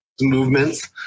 movements